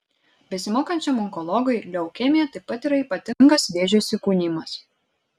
besimokančiam onkologui leukemija taip pat yra ypatingas vėžio įsikūnijimas